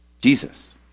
Jesus